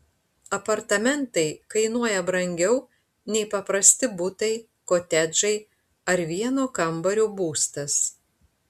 apartamentai kainuoja brangiau nei paprasti butai kotedžai ar vieno kambario būstas